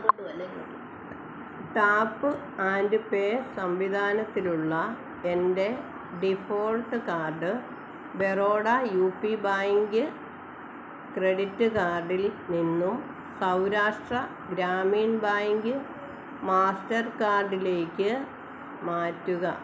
tap and pay സംവിധാനത്തിലുള്ള എന്റെ default card Baroda U P bank credit കാർഡിൽ നിന്നും സൗരാഷ്ട്ര ഗ്രാമീൺ ബാങ്ക് മാസ്റ്റർകാർഡിലേക്ക് മാറ്റുക